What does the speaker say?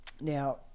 Now